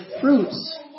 fruits